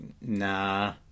nah